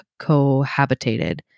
cohabitated